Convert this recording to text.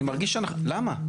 למה?